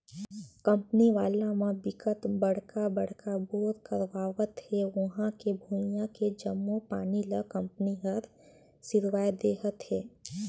company वाला म बिकट बड़का बड़का बोर करवावत हे उहां के भुइयां के जम्मो पानी ल कंपनी हर सिरवाए देहथे